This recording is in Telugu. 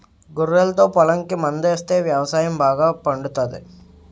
గొర్రెలతో పొలంకి మందాస్తే వ్యవసాయం బాగా పండుతాది